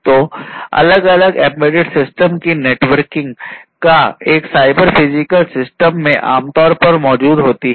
तो अलग अलग एंबेडेड सिस्टम की नेटवर्किंग एक साइबर फिजिकल सिस्टम में आमतौर पर मौजूद होती है